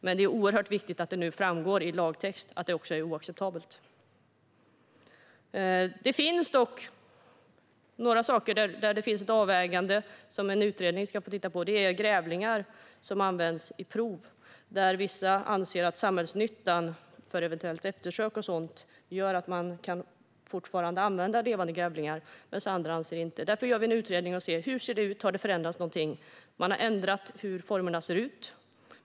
Men det är oerhört viktigt att det nu kommer att framgå i lagtext att det är oacceptabelt. Det finns dock några saker där det måste göras avvägningar och som en utredning ska få titta på. Det gäller grävlingar som används i prov. Vissa anser att samhällsnyttan för eventuellt eftersök och så vidare gör att man fortfarande kan använda levande grävlingar, medan andra inte anser det. Därför gör vi en utredning för att se hur det ser ut och om det har förändrats. Man har ändrat formerna.